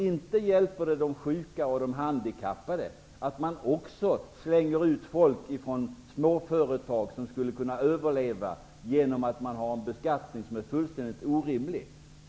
Inte hjälper det de sjuka och handikappade att man också slänger ut folk från småföretag som skulle ha kunnat överleva om man inte haft en beskattning som var fullkomligt orimlig.